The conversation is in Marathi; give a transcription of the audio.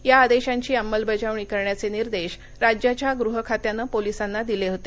या आदेशांची अंमलबजावणी करण्याचे निर्देश राज्याच्या गृह खात्यानं पोलिसांना दिले होते